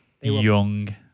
Young